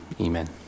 amen